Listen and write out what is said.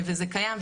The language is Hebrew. וזה קיים,